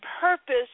purpose